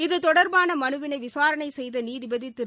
இது தொடர்பான மனுவினை விசாரணை செய்த நீதிபதி திரு